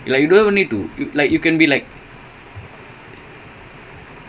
ya you know wiyah ruined it lah wiyah